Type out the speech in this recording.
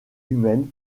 humaines